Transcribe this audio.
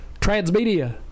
Transmedia